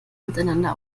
miteinander